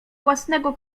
własnego